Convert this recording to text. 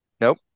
Nope